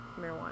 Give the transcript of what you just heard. marijuana